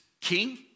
king